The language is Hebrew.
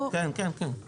כן, כן, כן.